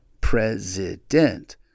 president